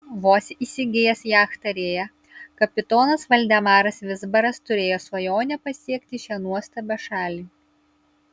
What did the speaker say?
vos įsigijęs jachtą rėja kapitonas valdemaras vizbaras turėjo svajonę pasiekti šią nuostabią šalį